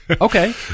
Okay